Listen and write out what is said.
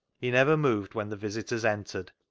he never moved when the visitors entered.